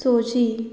सोजी